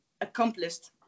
accomplished